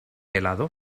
helado